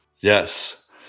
Yes